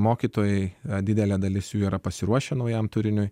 mokytojai didelė dalis jų yra pasiruošę naujam turiniui